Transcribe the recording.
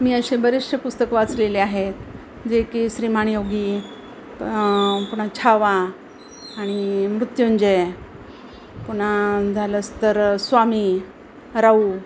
मी असे बरेचसे पुस्तकं वाचलेले आहेत जे की श्रीमान योगी पुन्हा छावा आणि मृत्युंजय पुन्हा झालंस तर स्वामी राऊ